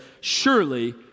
surely